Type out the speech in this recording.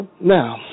Now